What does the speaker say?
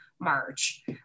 March